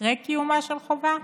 אחרי קיומה של חובה,